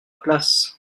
place